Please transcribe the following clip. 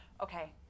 Okay